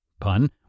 pun